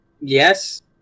yes